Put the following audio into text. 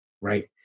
right